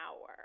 hour